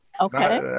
Okay